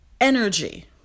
energy